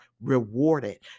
rewarded